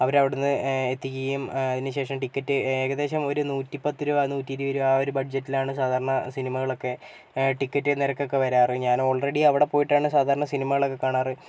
അവർ അവിടുന്ന് എത്തിക്കുകയും അതിനുശേഷം ടിക്കറ്റ് ഏകദേശം ഒരു നൂറ്റിപ്പത്ത് രൂപ നൂറ്റി ഇരുപത് രൂപ ആ ഒരു ബഡ്ജറ്റിൽ ആണ് സാധാരണ സിനിമകളൊക്കെ ടിക്കറ്റ് നിരക്കൊക്കെ വരാറ് ഞാൻ ഓൾറെഡി അവിടെ പോയിട്ടാണ് സാധാരണ സിനിമകളൊക്കെ കാണാറ്